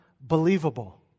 Believable